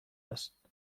است